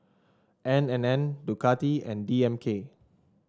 N and N Ducati and D M K